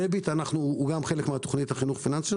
הדביט הוא גם חלק מהתוכנית לחינוך פיננסי.